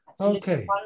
Okay